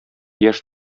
яшь